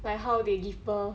like how they differ